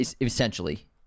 essentially